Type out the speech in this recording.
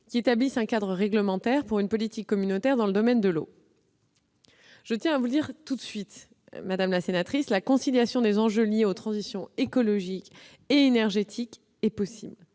2000 établissant un cadre réglementaire pour une politique communautaire dans le domaine de l'eau. Je tiens à vous le dire tout de suite, la conciliation des enjeux liés aux transitions écologique et énergétique est possible.